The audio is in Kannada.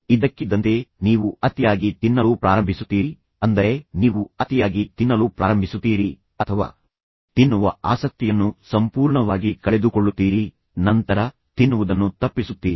ಇದ್ದಕ್ಕಿದ್ದಂತೆ ನೀವು ಅತಿಯಾಗಿ ತಿನ್ನಲು ಪ್ರಾರಂಭಿಸುತ್ತೀರಿ ಅಂದರೆ ನೀವು ಅತಿಯಾಗಿ ತಿನ್ನಲು ಪ್ರಾರಂಭಿಸುತ್ತೀರಿ ಅಥವಾ ಇದ್ದಕ್ಕಿದ್ದಂತೆ ನೀವು ತಿನ್ನುವ ಆಸಕ್ತಿಯನ್ನು ಸಂಪೂರ್ಣವಾಗಿ ಕಳೆದುಕೊಳ್ಳುತ್ತೀರಿ ಮತ್ತು ನಂತರ ನೀವು ತಿನ್ನುವುದನ್ನು ತಪ್ಪಿಸುತ್ತೀರಿ